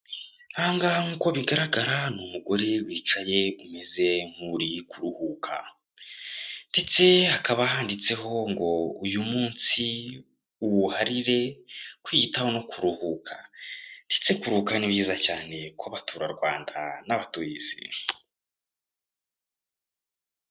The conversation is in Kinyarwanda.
Aha ngaha nk'uko bigaragara, ni umugore wicaye umeze nk'uri kuruhuka, ndetse hakaba handitseho ngo uyu munsi uwuharire kwiyitaho no kuruhuka, ndetse kuruhuka ni byiza cyane ku baturarwanda n'abatuye isi.